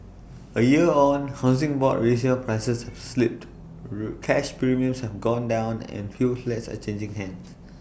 A year on Housing Board resale prices have slipped root cash premiums have gone down and fewer flats are changing hands